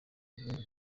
n’ibindi